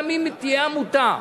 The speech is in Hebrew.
גם אם תהיה עמותה,